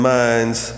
minds